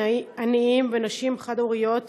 עניים ונשים חד-הוריות,